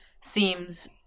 seems